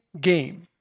game